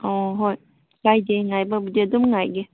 ꯑꯣ ꯍꯣꯏ ꯀꯥꯏꯗꯦ ꯉꯥꯏꯕꯕꯨꯗꯤ ꯑꯗꯨꯝ ꯉꯥꯏꯒꯦ